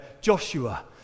Joshua